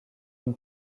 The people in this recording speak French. une